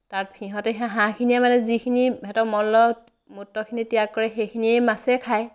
তাত সিহঁতে সেই হাঁহখিনিয়ে মানে যিখিনি সিহঁত মল মূত্ৰখিনি ত্য়াগ কৰে সেইখিনিয়েই মাছে খায়